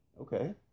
Okay